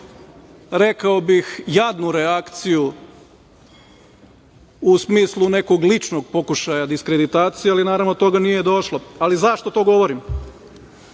rekao bih, jadnu reakciju u smislu nekog ličnog pokušaja diskreditacije, ali naravno do toga nije došlo. Ali, zašto to govorim?